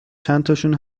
چندتاشون